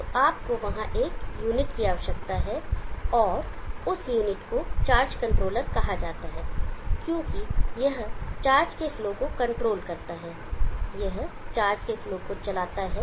तो आपको वहां एक यूनिट की आवश्यकता है और उस यूनिट को चार्ज कंट्रोलर कहा जाता है क्योंकि यह चार्ज के फ्लो को कंट्रोल करता है यह चार्ज के फ्लो को चलाता है